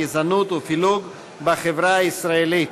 לגזענות ולפילוג בחברה הישראלית.